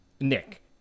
Nick